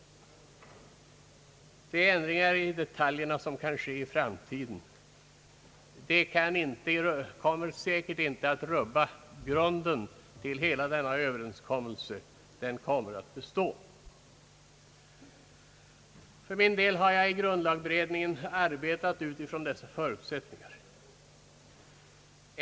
De ändringar i detaljfrågorna som kan komma att ske i framtiden kommer säker ligen inte att rubba grunden för hela denna överenskommelse. Den kommer att bestå. För min del har jag i grundlagberedningen arbetat utifrån dessa förutsättningar.